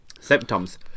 symptoms